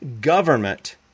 government